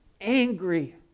angry